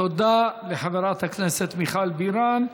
תודה לחברת הכנסת מיכל בירן.